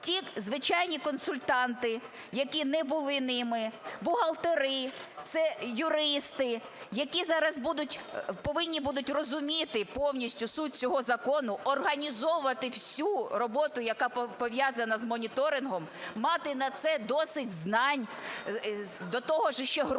ті звичайні консультанти, які не були ними, бухгалтери, це юристи, які зараз повинні будуть розуміти повністю суть цього закону, організовувати всю роботу, яка пов'язана з моніторингом, мати на це досить знань, до того ж іще грошей